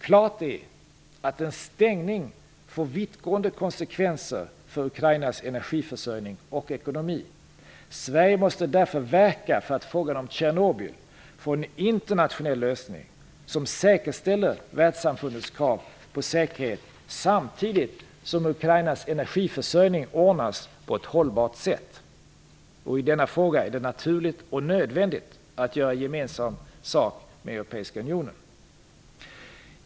Klart är att en stängning får vittgående konsekvenser för Ukrainas energiförsörjning och ekonomi. Sverige måste därför verka för att frågan om Tjernobyl får en internationell lösning som säkerställer världssamfundets krav på säkerhet, samtidigt som Ukrainas energiförsörjning ordnas på ett hållbart sätt. I denna fråga är det naturligt och nödvändigt att göra gemensam sak med Europeiska unionen.